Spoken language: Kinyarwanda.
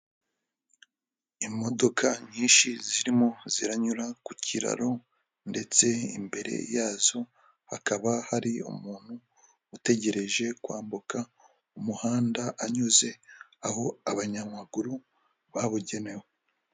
Imodoka nyinshi zirimo ziranyura ku kiraro ndetse imbere yazo, hakaba hari umuntu utegereje kwambuka umuhanda, anyuze aho abanyamaguru babugenewe.